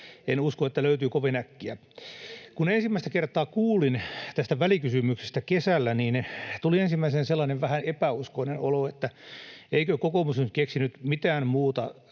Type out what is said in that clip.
En usko, että löytyy kovin äkkiä. [Paula Risikko: Löytyy!] Kun ensimmäistä kertaa kuulin tästä välikysymyksestä kesällä, niin tuli ensimmäisenä sellainen vähän epäuskoinen olo, että eikö kokoomus nyt keksinyt mitään muuta